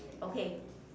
okay